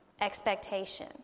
expectation